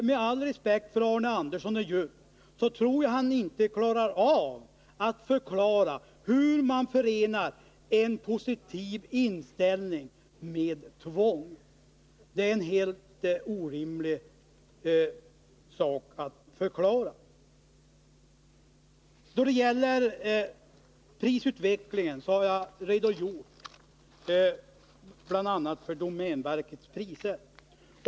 Med all respekt för Arne Andersson i Ljung tror jag inte att han kan förklara hur man förenar en positiv inställning med tvång. Det är en helt orimlig sak att förklara. Då det gäller prisutvecklingen har jag redogjort bl.a. för domänverkets priser.